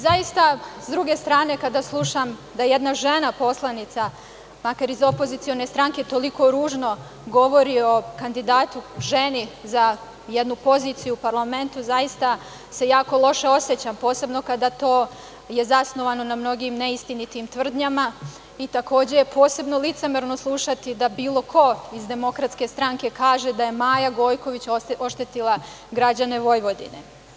Zaista, s druge strane, kada slušam da jedna žena poslanica, makar iz opozicione stranke toliko ružno govori o kandidatu ženi za jednu poziciju parlamenta, zaista se jako loše osećam, posebno kada je to zasnovano na mnogim neistinitim tvrdnjama i takođe posebno je licemerno slušati da bilo ko iz Demokratske stranke kaže da je Maja Gojković oštetila građane Vojvodine.